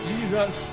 Jesus